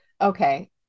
Okay